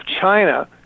China